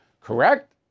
Correct